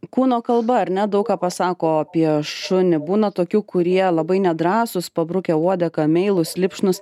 kūno kalba ar ne daug ką pasako apie šunį būna tokių kurie labai nedrąsūs pabrukę uodegą meilūs lipšnūs